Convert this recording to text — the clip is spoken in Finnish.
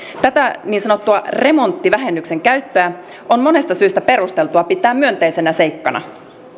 tätä niin sanotun remonttivähennyksen käyttöä on monesta syystä perusteltua pitää myönteisenä seikkana